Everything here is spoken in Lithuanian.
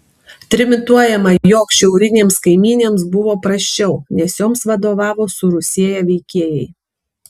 trimituojama jog šiaurinėms kaimynėms buvo prasčiau nes joms vadovavo surusėję veikėjai